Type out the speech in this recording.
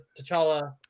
T'Challa